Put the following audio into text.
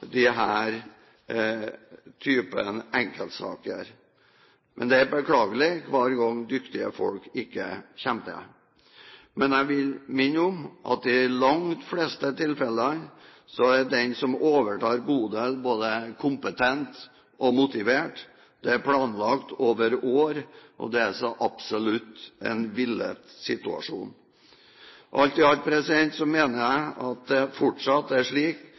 typen enkeltsaker. Det er beklagelig hver gang dyktige folk ikke kommer til. Men jeg vil minne om at i langt de fleste tilfellene er den som overtar på odel, både kompetent og motivert, det er planlagt over år, og det er så absolutt en villet situasjon. Alt i alt mener jeg at det fortsatt er slik